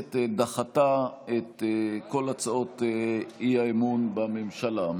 הכנסת דחתה את כל הצעות האי-אמון בממשלה.